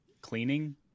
cleaning